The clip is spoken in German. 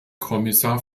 kommissar